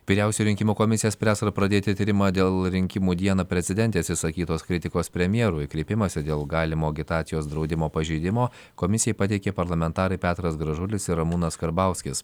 vyriausioji rinkimų komisija spręs ar pradėti tyrimą dėl rinkimų dieną prezidentės išsakytos kritikos premjerui kreipimąsi dėl galimo agitacijos draudimo pažeidimo komisijai pateikė parlamentarai petras gražulis ir ramūnas karbauskis